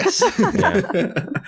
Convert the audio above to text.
Yes